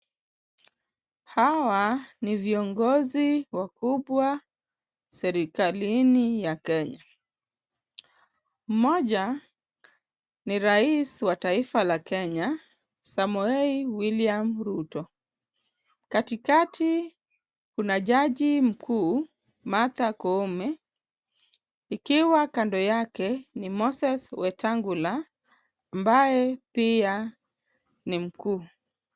Hawa ni viongozi wakubwa serikalini ya Kenya. Mmoja ni rais wa taifa la Kenya Samoei William Ruto. Katikati kuna jaji mkuu Martha Koome, ikiwa kando yake ni Moses Wetangula ambaye pia ni mkuu.